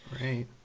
right